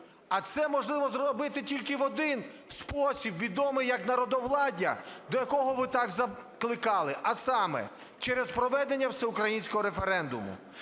А це можливо зробити тільки в один спосіб, відомий як народовладдя, до якого ви так закликали, а саме через проведення всеукраїнського референдуму.